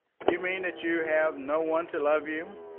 you mean that you have no one to love you?